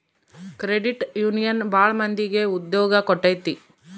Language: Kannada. ಕ್ರೆಡಿಟ್ ಯೂನಿಯನ್ ಭಾಳ ಮಂದಿಗೆ ಉದ್ಯೋಗ ಕೊಟ್ಟೈತಿ